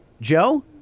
Joe